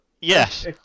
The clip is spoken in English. Yes